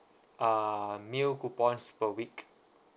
uh meal coupons per week